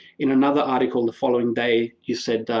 in another article the following day, you said,